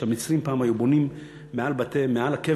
פעם המצרים היו בונים מעל הקבר,